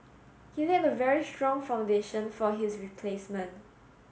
he laid a very strong foundation for his replacement